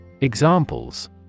Examples